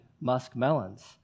muskmelons